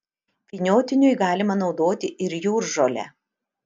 vyniotiniui galima naudoti ir jūržolę